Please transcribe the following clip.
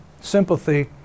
sympathy